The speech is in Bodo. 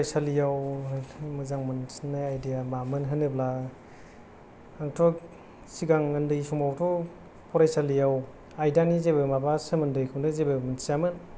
फरायसालियाव मोजां मोनसिननाय आयदाया मामोन होनोब्ला आंथ' सिगां ओन्दै समावथ' फरायसालियाव आयदानि जेबो माबा आयदानि सोमोन्दैखौथ' जेबो मोन्थियामोन